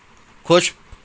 ਖੁਸ਼